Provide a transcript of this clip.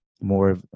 more